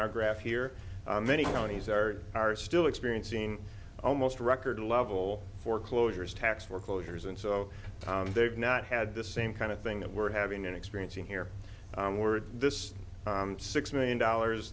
our graph here many counties are are still experiencing almost record level foreclosures tax foreclosures and so they've not had the same kind of thing that we're having and experiencing here were this six million dollars